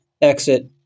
exit